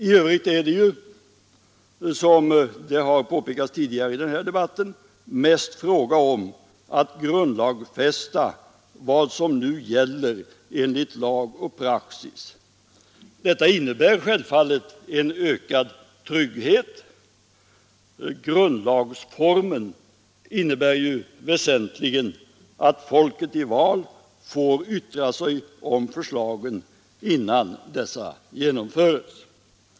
I övrigt är det, som har påpekats tidigare i denna debatt, mest fråga om att grundlagsfästa vad som nu gäller enligt lag och praxis. Detta innebär självfallet en ökad trygghet. Grundlagsformen innebär ju väsentligen att folket i val får yttra sig om förslagen innan dessa genomförs.